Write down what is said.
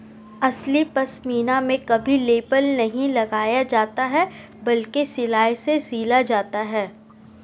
असली पश्मीना में कभी लेबल नहीं लगाया जाता बल्कि सिलाई से सिला जाता है